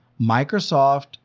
Microsoft